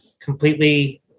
completely